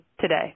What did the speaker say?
today